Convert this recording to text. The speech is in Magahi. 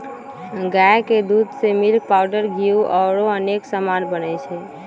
गाई के दूध से मिल्क पाउडर घीउ औरो अनेक समान बनै छइ